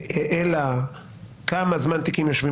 אלא כמה זמן תיקים יושבים